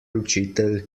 učitelj